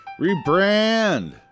Rebrand